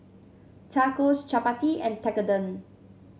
Tacos Chapati and Tekkadon